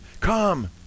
Come